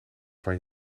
van